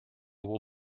will